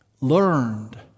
learned